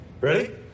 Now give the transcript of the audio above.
Ready